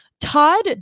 Todd